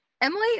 Emily